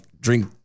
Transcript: drink